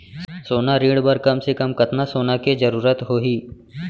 सोना ऋण बर कम से कम कतना सोना के जरूरत होही??